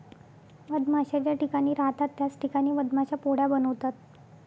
मधमाश्या ज्या ठिकाणी राहतात त्याच ठिकाणी मधमाश्या पोळ्या बनवतात